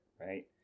Right